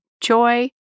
joy